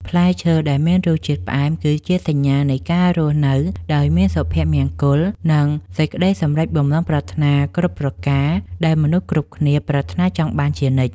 ផ្លែឈើដែលមានរសជាតិផ្អែមគឺជាសញ្ញានៃការរស់នៅដោយមានសុភមង្គល និង សេចក្តីសម្រេចបំណងប្រាថ្នាគ្រប់ប្រការដែលមនុស្សគ្រប់គ្នាប្រាថ្នាចង់បានជានិច្ច។